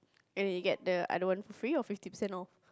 and you get the alone free or fifty percent off